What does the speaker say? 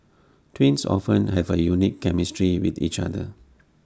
twins often have A unique chemistry with each other